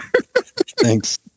Thanks